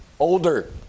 Older